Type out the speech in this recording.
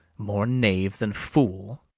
more knave than fool.